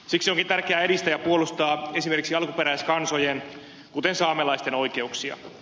siksi onkin tärkeää edistää ja puolustaa esimerkiksi alkuperäiskansojen kuten saamelaisten oikeuksia